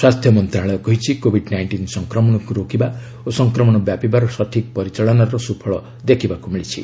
ସ୍ୱାସ୍ଥ୍ୟ ମନ୍ତ୍ରଣାଳୟ କହିଛି କୋଭିଡ୍ ନାଇଷ୍ଟିନ୍ ସଂକ୍ରମଣକ୍ ରୋକିବା ଓ ସଂକ୍ରମଣ ବ୍ୟାପିବାର ସଠିକ୍ ପରିଚାଳନାର ସ୍ରଫଳ ଦେଖିବାକୃ ମିଳିଛି